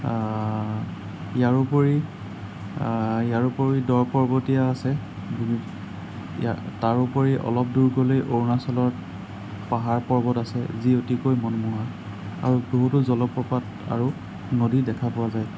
ইয়াৰোপৰি ইয়াৰ উপৰি দ পৰ্বতীয়া আছে তাৰোপৰি অলপ দূৰ গ'লেই অৰুণাচলৰ পাহাৰ পৰ্বত আছে যি অতিকৈ মনোমোহা আৰু বহুতো জলপ্ৰপাত আৰু নদী দেখা পোৱা যায়